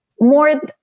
More